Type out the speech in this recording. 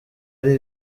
ari